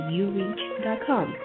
ureach.com